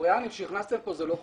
הקוריאנים שהכנסתם פה זה לא חוכמה,